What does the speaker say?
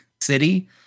city